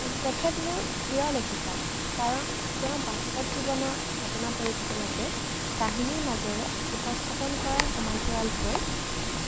তেখেত মোৰ প্ৰিয় লেখিকা কাৰণ তেওঁ বাস্তৱ জীৱনৰ ঘটনা পৰিঘটনাকে কাহিনীৰ মাজেৰে উপস্থাপন কৰাৰ সমান্তৰালকৈ